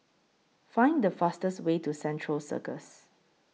Find The fastest Way to Central Circus